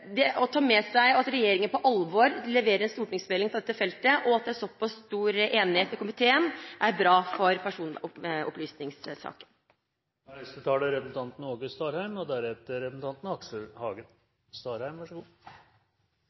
at regjeringen på alvor leverer en stortingsmelding på dette feltet, og at det er såpass stor enighet i komiteen, er bra for personopplysningssaken. Saksordføraren har på ein god måte gjort greie for saka, og eg er einig med saksordføraren i at det er stor einigheit blant opposisjonen. For så